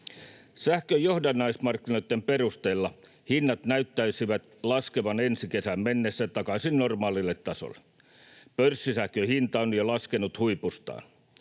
Sähkön johdannaismarkkinoitten perusteella hinnat näyttäisivät laskevan ensi kesään mennessä takaisin normaalille tasolle. Pörssisähkön hinta on jo laskenut huipustaan.